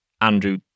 Andrew